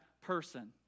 person